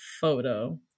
photo